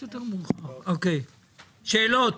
שאלות.